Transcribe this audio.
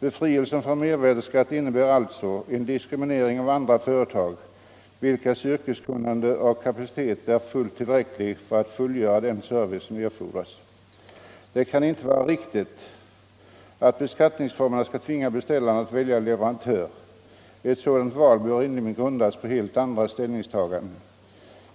Befrielsen från mervärdeskatt innebär alltså en diskriminering av andra företag, vilkas yrkeskunnande och kapacitet är fullt tillräcklig för att fullgöra den service som erfordras. Det kan inte vara riktigt att beskattningsformerna skall tvinga beställaren att välja leverantör. Ett sådant val bör rimligen grundas på helt andra ställningstaganden.